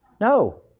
No